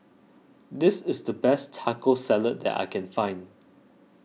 this is the best Taco Salad that I can find